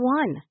one